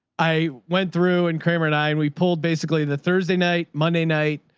i went through and cramer and i, and we pulled basically the thursday night, monday night,